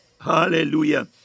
Hallelujah